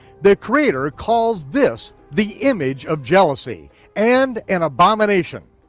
the creator calls this the image of jealousy and an abomination.